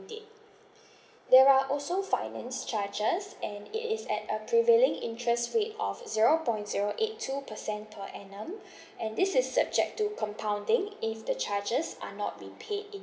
date there are also finance charges and it is at a prevailing interest rate of zero point zero eight two percent per annum and this is subject to compounding if the charges are not be paid